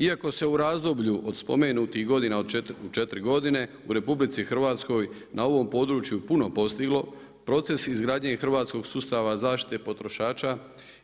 Iako se u razdoblju od spomenutih godina od četiri godine u RH na ovom području puno postiglo proces izgradnje hrvatskog sustava zaštite potrošača